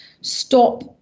stop